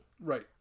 Right